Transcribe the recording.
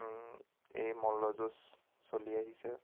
এই মল্লযুঁজ চলি আহিছে